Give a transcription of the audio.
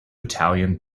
italian